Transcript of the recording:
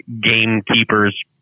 Gamekeepers